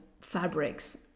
fabrics